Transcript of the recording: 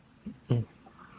mm